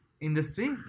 industry